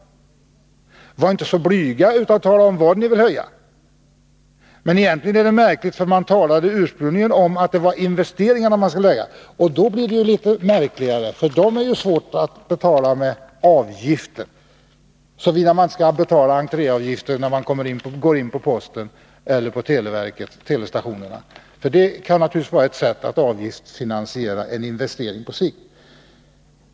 Var inte så blyga utan tala om vad ni vill höja! Det är egentligen märkligt att här talas om avgiftsfinansiering, eftersom ni ursprungligen talade om investeringar. Då blir det genast märkligare, eftersom det är svårt att betala dem med avgifter — såvida man inte skall betala entréavgifter när man går in på posten eller telestationerna. Det kan naturligtvis vara ett sätt att avgiftsfinansiera en investering på sikt.